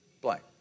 blank